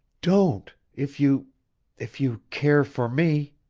don't if you if you care for me!